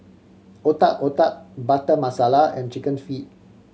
Otak Otak Butter Masala and Chicken Feet